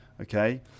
okay